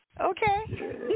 Okay